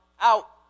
out